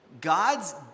God's